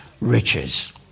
riches